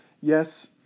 yes